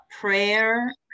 prayer